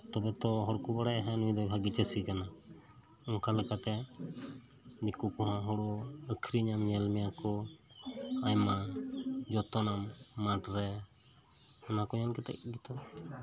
ᱛᱚᱵᱮᱛᱚ ᱦᱚᱲᱠᱚ ᱵᱟᱲᱟᱭᱟ ᱱᱩᱭᱫᱚᱭ ᱵᱷᱟᱜᱮᱹ ᱪᱟᱹᱥᱤ ᱠᱟᱱᱟ ᱚᱱᱠᱟᱞᱮᱠᱟᱛᱮ ᱫᱮᱹᱠᱳ ᱠᱚᱦᱚᱸ ᱦᱳᱲᱳ ᱟᱹᱠᱷᱨᱤᱧᱟ ᱧᱮᱞ ᱢᱮᱭᱟᱠᱚ ᱟᱭᱢᱟ ᱡᱚᱛᱚᱱᱟᱢ ᱢᱟᱴᱷᱨᱮ ᱚᱱᱟᱠᱚ ᱧᱮᱞ ᱠᱟᱛᱮᱫ ᱜᱮᱛᱚ